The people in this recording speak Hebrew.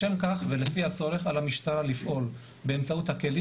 לשם כך ולפי הצורך על המשטרה לפעול באמצעות הכלים